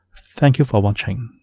thank you for watching